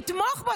לתמוך בו,